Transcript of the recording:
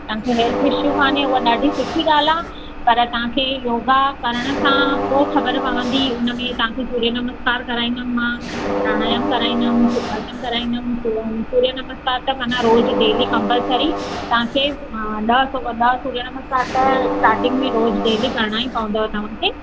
तव्हांखे health issue कान्हे उहा ॾाढी सुठी ॻाल्हि आहे पर तव्हांखे योगा करण सां पोइ ख़बर पवंदी उन में तव्हांखे सूर्य नमस्कार कराईंदमि मां प्रणायाम कराईंदम सुखासन कराईंदम सूर्य नमस्कार त माना रोज़ु डेली कम्पलसरी तव्हांखे अ ॾह ॾह सूर्य नमस्कार त स्टार्टिंग में रोज़ु डेली करिणा ई पवंदव तव्हांखे